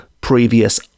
previous